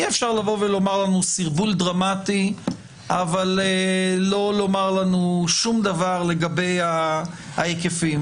אי אפשר לומר לנו סרבול דרמטי אבל לא לומר לנו שום דבר לגבי ההיקפים.